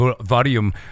Volume